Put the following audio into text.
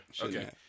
okay